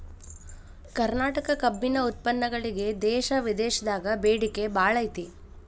ಕರ್ನಾಟಕ ಕಬ್ಬಿನ ಉತ್ಪನ್ನಗಳಿಗೆ ದೇಶ ವಿದೇಶದಾಗ ಬೇಡಿಕೆ ಬಾಳೈತಿ